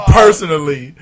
personally